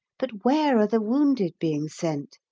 but where are the wounded being sent?